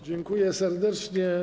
Dziękuję serdecznie.